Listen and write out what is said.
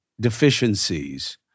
deficiencies